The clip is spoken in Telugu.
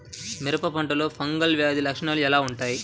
మిరప పంటలో ఫంగల్ వ్యాధి లక్షణాలు ఎలా వుంటాయి?